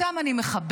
אותם אני מכבדת,